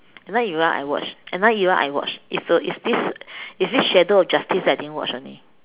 another era I watch another era I watch is the is this is this shadow of justice I didn't watch only